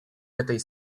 этой